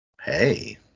Hey